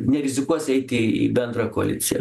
nerizikuos eiti į bendrą koaliciją